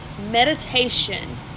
meditation